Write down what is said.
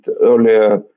earlier